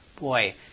boy